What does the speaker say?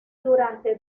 durante